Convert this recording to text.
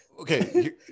Okay